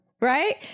Right